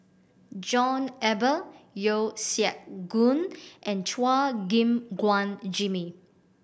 John Eber Yeo Siak Goon and Chua Gim Guan Jimmy